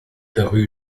rue